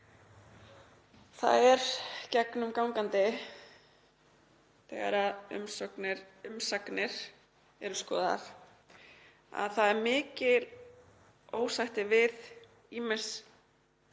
Það er gegnumgangandi þegar umsagnir eru skoðaðar að það er mikið ósætti varðandi